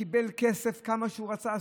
קיבל כמה כסף שהוא רצה,